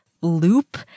loop